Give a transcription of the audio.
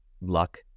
luck